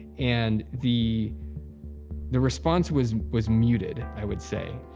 and the the response was was muted, i would say.